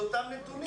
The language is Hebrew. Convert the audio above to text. זה אותם נתונים.